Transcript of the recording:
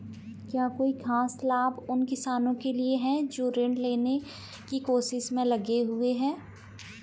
क्या कोई खास लाभ उन किसानों के लिए हैं जो ऋृण लेने की कोशिश में लगे हुए हैं?